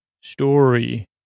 Story